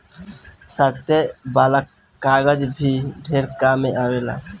साटे वाला कागज भी ढेर काम मे आवेला